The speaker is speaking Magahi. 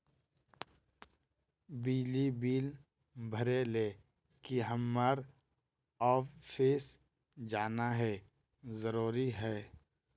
बिजली बिल भरे ले की हम्मर ऑफिस जाना है जरूरी है?